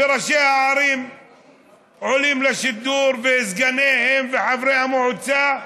וראשי הערים עולים לשידור, וסגניהם וחברי המועצה,